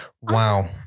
Wow